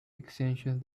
extension